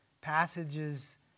passages